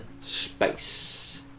Space